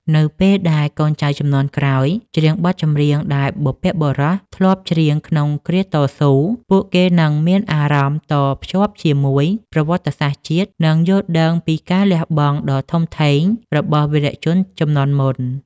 នៅពេលដែលកូនចៅជំនាន់ក្រោយច្រៀងបទចម្រៀងដែលបុព្វបុរសធ្លាប់ច្រៀងក្នុងគ្រាតស៊ូ ពួកគេនឹងមានអារម្មណ៍តភ្ជាប់ជាមួយប្រវត្តិសាស្ត្រជាតិ និងយល់ដឹងពីការលះបង់ដ៏ធំធេងរបស់វីរជនជំនាន់មុន។